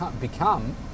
become